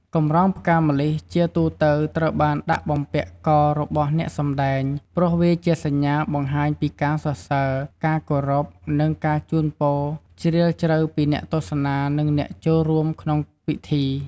កម្រងផ្កាម្លិះ ជាទូទៅត្រូវបានដាក់បំពាក់ករបស់អ្នកសម្តែង ព្រោះវាជាសញ្ញាបង្ហាញពីការសរសើរ ការគោរព និងការជូនពរជ្រាលជ្រៅពីអ្នកទស្សនា និងអ្នកចូលរួមក្នុងពិធី។